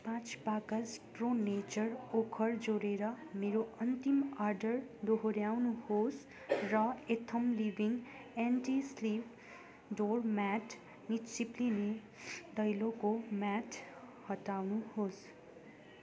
पाँच बाकस Pro Nature ओखर जोडेर मेरो अन्तिम अर्डर दोहोऱ्याउनुहोस् र Athom living anti slip door mat नचिप्लिने दैलोको म्याट हटाउनुहोस्